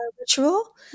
ritual